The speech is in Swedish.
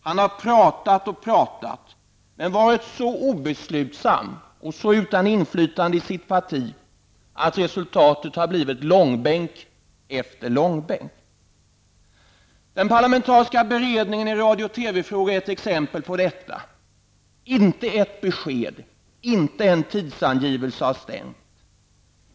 Han har talat och talat, men han har varit så obeslutsam och utan inflytande i sitt eget parti att resultatet har blivit långbänk efter långbänk. frågor är ett exempel på detta. Inte ett besked och inte en tidsangivelse har stämt.